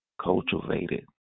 cultivated